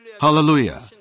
Hallelujah